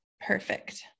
perfect